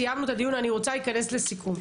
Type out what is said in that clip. סיימנו את הדיון אני רוצה להיכנס לסיכום.